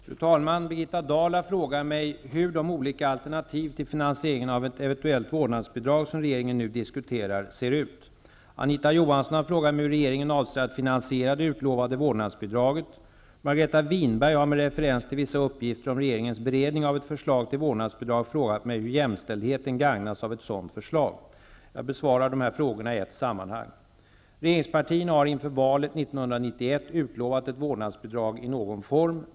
Fru talman! Birgitta Dahl har frågat mig hur de olika alternativ till finansiering av ett eventuellt vårdnadsbidrag som regeringen nu diskuterar, ser ut. Anita Johansson har frågat mig hur regeringen avser att finansiera det utlovade vårdnadsbidraget. Margareta Winberg har med referens till vissa uppgifter om regeringens beredning av ett förslag till vårdnadsbidrag frågat mig hur jämställdheten gagnas av ett sådant förslag. Jag besvarar frågorna i ett sammanhang. Regeringspartierna har inför valet 1991 utlovat ett vårdnadsbidrag i någon form.